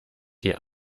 die